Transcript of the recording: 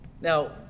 now